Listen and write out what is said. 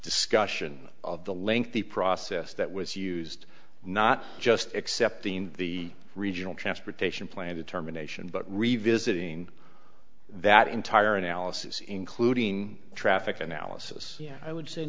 discussion of the lengthy process that was used not just excepting the regional transportation plan determination but revisiting that entire analysis including traffic analysis i would say